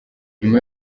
nyuma